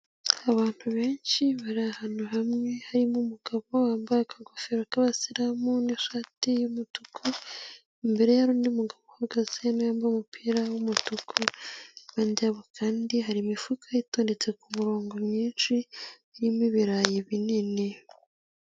Abantu benshi bari ahantu hamwe harimo umugabo wambaye aga ingofero k'abasilamu n'ishati y'umutuku, imbere hari undi mugabo uhagaze yambaye umupira w'umutuku iruhande kandi hari imifuka itondetse ku murongo myinshi irimo ibirayi binini.